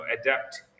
adapt